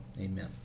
Amen